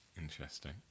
Interesting